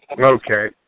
Okay